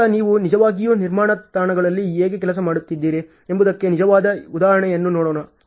ಈಗ ನೀವು ನಿಜವಾಗಿಯೂ ನಿರ್ಮಾಣ ತಾಣಗಳಲ್ಲಿ ಹೇಗೆ ಕೆಲಸ ಮಾಡುತ್ತಿದ್ದೀರಿ ಎಂಬುದಕ್ಕೆ ನಿಜವಾದ ಉದಾಹರಣೆಯನ್ನು ನೋಡೋಣ